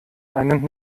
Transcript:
einen